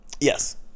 Yes